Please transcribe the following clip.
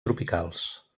tropicals